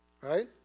Right